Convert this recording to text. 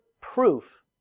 proof